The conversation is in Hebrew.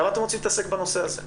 כמה אתם רוצים להתעסק בנושא הזה?